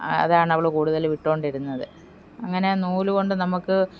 അ അതാണ് അവൾ കൂടുതലും ഇട്ടുകൊണ്ടിരുന്നത് അങ്ങനെ നൂലുകൊണ്ട് നമുക്ക്